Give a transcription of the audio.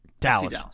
Dallas